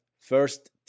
first